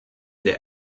der